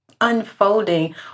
unfolding